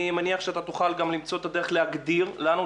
בעניין הזה אני מניח שאתה תוכל גם למצוא את הדרך להגדיר לנו,